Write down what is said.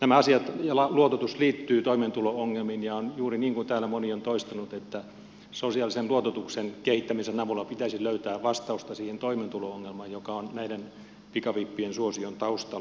nämä asiat ja luototus liittyvät toimeentulo ongelmiin ja on juuri niin kuin täällä moni on toistanut että sosiaalisen luototuksen kehittämisen avulla pitäisi löytää vastausta siihen toimeentulo ongelmaan joka on näiden pikavippien suosion taustalla